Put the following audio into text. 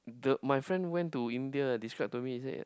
the my friend went to India describe to me he said